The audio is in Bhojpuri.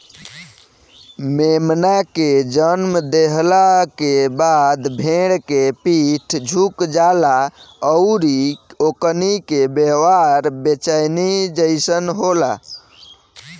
मेमना के जनम देहला के बाद भेड़ के पीठ झुक जाला अउरी ओकनी के व्यवहार बेचैनी जइसन होला